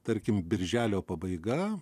tarkim birželio pabaiga